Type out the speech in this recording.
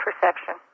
perception